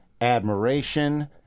admiration